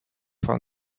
fin